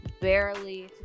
barely